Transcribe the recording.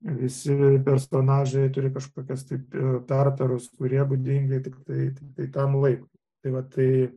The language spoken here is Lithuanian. visi personažai turi kažkokias tai pertarus kurie būdingi tiktai tam laikui tai va tai